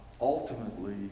Ultimately